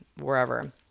wherever